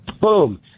boom